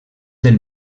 del